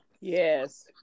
Yes